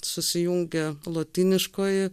susijungia lotyniškoji